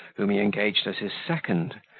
whom he engaged as his second,